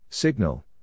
Signal